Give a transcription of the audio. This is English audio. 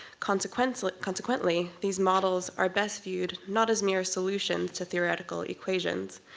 consequently like consequently these models are best viewed not as mere solutions to theoretical equations.